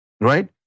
right